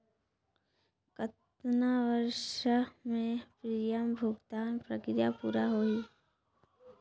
कतना वर्ष मे प्रीमियम भुगतान प्रक्रिया पूरा होही?